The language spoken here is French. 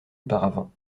auparavant